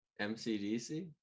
MCDC